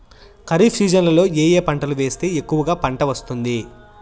ఖరీఫ్ సీజన్లలో ఏ ఏ పంటలు వేస్తే ఎక్కువగా పంట వస్తుంది?